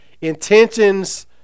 intentions